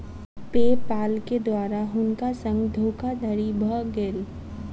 पे पाल के द्वारा हुनका संग धोखादड़ी भ गेल